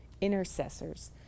Intercessors